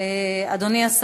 אינו נוכח.